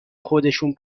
خودشون